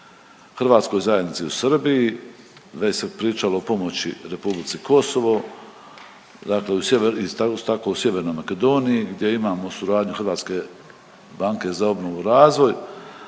hrvatskoj zajednici u Srbiji. Već se pričalo o pomoći Republici Kosovo, dakle u sjever, tako u Sjevernoj Makedoniji gdje imamo suradnju Hrvatske banke za obnovu i razvoj,